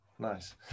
Nice